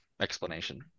explanation